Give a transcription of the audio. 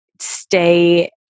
stay